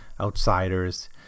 outsiders